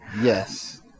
Yes